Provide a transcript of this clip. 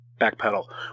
backpedal